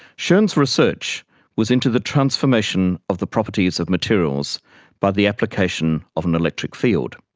schon's research was into the transformation of the properties of materials by the application of an electric field.